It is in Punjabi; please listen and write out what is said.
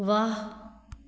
ਵਾਹ